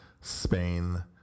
Spain